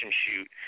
shoot